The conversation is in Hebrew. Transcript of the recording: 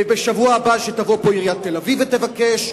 ובשבוע הבא תבוא עיריית תל-אביב ותבקש,